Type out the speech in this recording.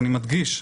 אני מדגיש,